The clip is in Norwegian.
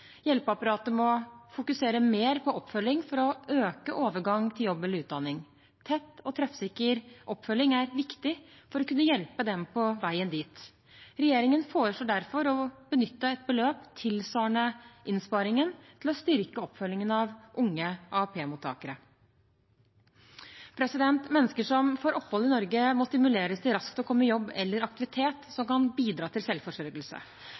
Hjelpeapparatet må fokusere mer på oppfølging for å øke overgang til jobb eller utdanning. Tett og treffsikker oppfølging er viktig for å kunne hjelpe dem på veien dit. Regjeringen foreslår derfor å benytte et beløp tilsvarende innsparingen til å styrke oppfølgingen av unge AAP-mottakere. Mennesker som får opphold i Norge, må stimuleres til raskt å komme i jobb eller aktivitet som kan bidra til selvforsørgelse.